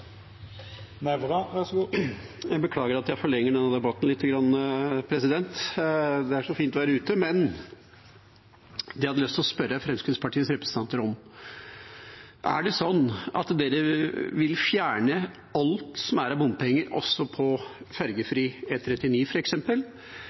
så fint vær ute. Det jeg hadde lyst til å spørre Fremskrittspartiets representanter om, er: Er det slik at dere vil fjerne alt som er bompenger, også på